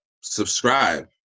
Subscribe